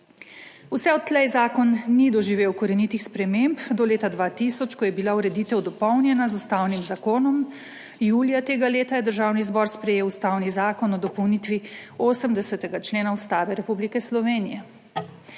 Vse odtlej zakon ni doživel korenitih sprememb do leta 2000, ko je bila ureditev dopolnjena z ustavnim zakonom. Julija tega leta je Državni zbor sprejel ustavni zakon o dopolnitvi 80. člena Ustave Republike Slovenije.